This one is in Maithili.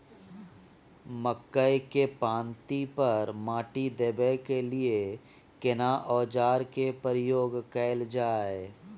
मकई के पाँति पर माटी देबै के लिए केना औजार के प्रयोग कैल जाय?